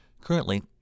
Currently